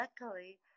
luckily